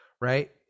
Right